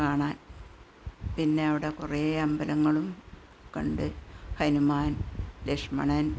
കാണാന് പിന്നെ അവിടെ കുറേ അമ്പലങ്ങളും കണ്ട് ഹനുമാന് ലക്ഷ്മണന്